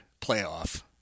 playoff